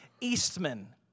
Eastman